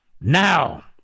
now